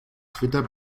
twitter